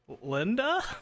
Linda